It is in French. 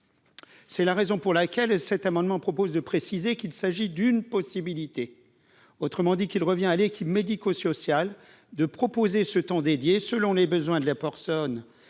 C'est la raison pour laquelle cet amendement propose de préciser qu'il s'agit d'une possibilité, autrement dit qu'il revient à l'équipe médico-social de proposer ce temps dédié selon les besoins de la personne